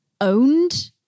owned